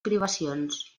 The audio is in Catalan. privacions